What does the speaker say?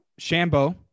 Shambo